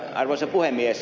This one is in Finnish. arvoisa puhemies